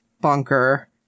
bunker